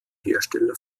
hersteller